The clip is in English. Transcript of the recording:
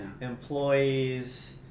employees